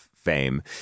fame